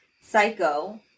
psycho